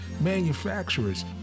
manufacturers